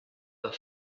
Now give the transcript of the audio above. the